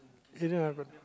didn't happen